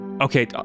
Okay